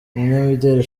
umunyamideli